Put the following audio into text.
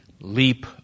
leap